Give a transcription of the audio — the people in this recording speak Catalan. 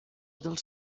dels